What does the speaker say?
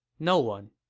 no one.